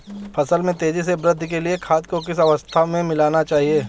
फसल में तेज़ी से वृद्धि के लिए खाद को किस अवस्था में मिलाना चाहिए?